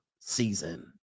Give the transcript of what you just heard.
season